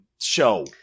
show